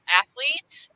athletes